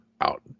out